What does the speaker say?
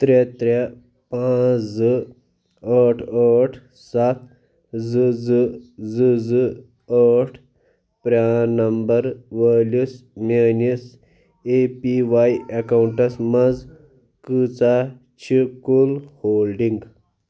ترٛےٚ ترٛےٚ پانٛژھ زٕ ٲٹھ ٲٹھ سَتھ زٕ زٕ زٕ زٕ ٲٹھ پران نمبر وٲلِس میٛٲنِس اَے پی وائی ایکاؤنٹس مَنٛز کۭژاہ چھِ کُل ہولڈِنٛگ